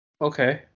Okay